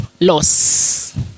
loss